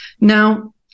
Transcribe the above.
Now